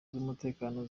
z’umutekano